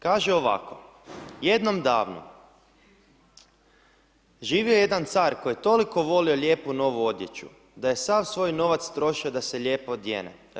Kaže ovako, jednom davno, živio je jedan car koji je toliko volio lijepu novu odjeću da je sav svoj novac trošio da se lijepo odjene.